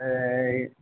এই